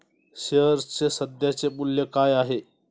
शेअर्सचे सध्याचे मूल्य काय आहे?